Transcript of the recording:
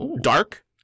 Dark